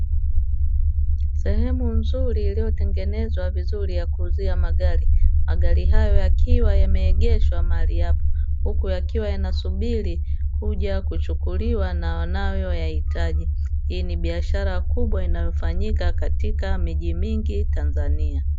Sehemu nzuri iliyo tengenezwa vizuri ya kuuzia magari. Magari hayo yakiwa yameegeshwa mahali hapo; huku yakiwa yanasubiri kuja kuchukuliwa na wanayo yahitaji. hii ni biashara kubwa inayofanyika miji mingi Tanzania.